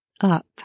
up